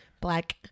black